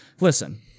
listen